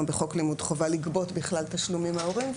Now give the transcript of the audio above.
בחוק לימוד חובה לגבות בכלל תשלום מההורים.